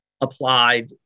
applied